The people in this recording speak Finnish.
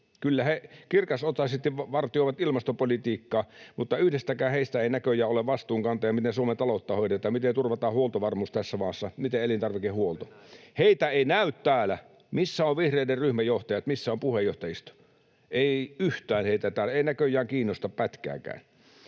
Kyllä he kirkasotsaisesti vartioivat ilmastopolitiikkaa, mutta yhdestäkään heistä ei näköjään ole vastuunkantajaksi siinä, miten Suomen taloutta hoidetaan, miten turvataan huoltovarmuus tässä maassa, miten elintarvikehuolto. [Petri Huru: Juuri näin!] Heitä ei näy täällä. Missä ovat vihreiden ryhmäjohtajat, missä on puheenjohtajisto? Ei yhtään heitä täällä, ei näköjään kiinnosta pätkääkään.